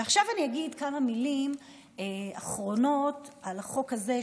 ועכשיו אני אגיד כמה מילים אחרונות על החוק הזה,